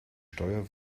steuer